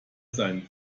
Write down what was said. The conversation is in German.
seinen